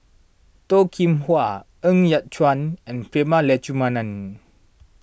Toh Kim Hwa Ng Yat Chuan and Prema Letchumanan